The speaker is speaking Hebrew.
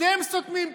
אתם סותמים פיות.